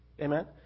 Amen